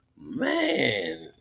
Man